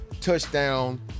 touchdown